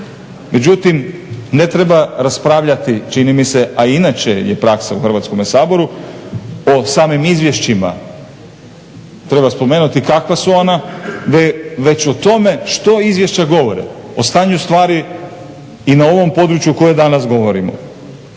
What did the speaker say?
Međutim ne treba raspravljati čini mi se, a inače je praksa u Hrvatskome saboru o samim izvješćima. Treba spomenuti kakva su ona već o tome što izvješća govore, o stanju stvari i na ovom području koje danas govorimo,